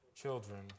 children